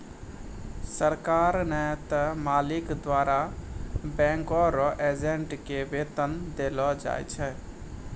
सरकार नै त मालिक द्वारा बैंक रो एजेंट के वेतन देलो जाय छै